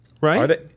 Right